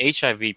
HIV